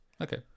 okay